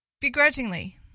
Begrudgingly